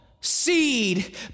seed